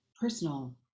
personal